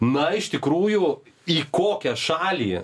na iš tikrųjų į kokią šalį